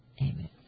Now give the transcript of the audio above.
Amen